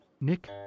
Nick